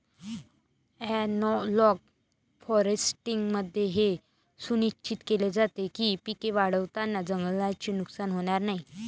analogue फॉरेस्ट्रीमध्ये हे सुनिश्चित केले जाते की पिके वाढवताना जंगलाचे नुकसान होणार नाही